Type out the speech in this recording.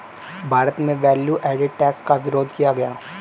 भारत में value added tax का विरोध किया गया